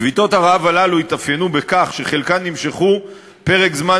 שביתות הרעב האלה התאפיינו בכך שחלקן נמשכו פרק זמן